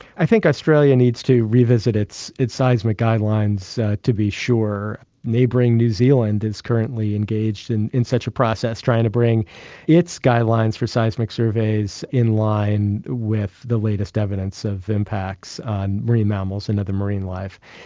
i think australia needs to revisit its its seismic guidelines to be sure. neighbouring new zealand is currently engaged in in such a process, trying to bring its guidelines for seismic surveys in line with the latest evidence of impacts on marine mammals and other marine life.